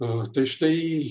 tai štai